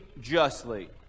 justly